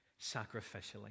sacrificially